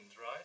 right